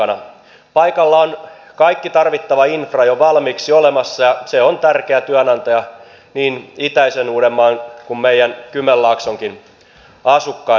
paikalla on kaikki tarvittava infra jo valmiiksi olemassa ja se on tärkeä työnantaja niin itäisen uudenmaan kuin meidän kymenlaaksonkin asukkaille